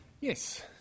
Yes